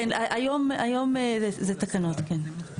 כן, היום זה תקנות, כן.